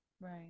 right